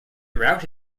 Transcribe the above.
throughout